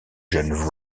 jeunes